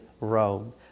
Rome